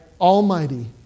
almighty